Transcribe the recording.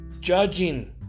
judging